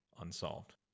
unsolved